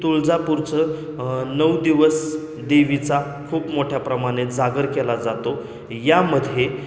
तुळजापूरचं नऊ दिवस देवीचा खूप मोठ्याप्रमाणे जागर केला जातो यामध्ये